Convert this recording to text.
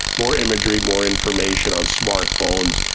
more imagery, more information on smartphones,